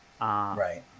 Right